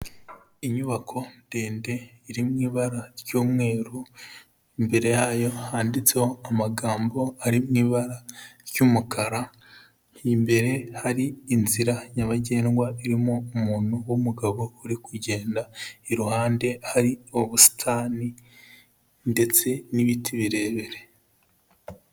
Inyubako ndende iri mu ibara ry'umweru, imbere yayo handitseho amagambo ari mu ibara ry'umukara, imbere hari inzira nyabagendwa irimo umuntu w'umugabo uri kugenda, iruhande hari ubusitani ndetse n'ibiti birebire.